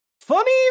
Funny